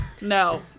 No